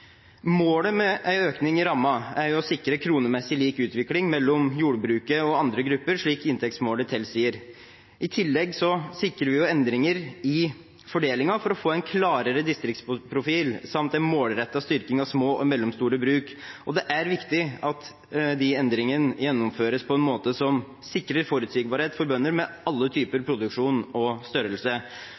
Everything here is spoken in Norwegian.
Målet med en økning i rammen er å sikre kronemessig lik utvikling mellom jordbruket og andre grupper, slik inntektsmålet tilsier. I tillegg sikrer det jo endringer i fordelingen for å få en klarere distriktsprofil samt en målrettet styrking av små og mellomstore bruk. Det er viktig at de endringene gjennomføres på en måte som sikrer forutsigbarhet for bønder med alle typer produksjon og størrelse.